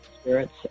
spirits